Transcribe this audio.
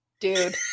dude